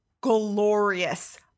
glorious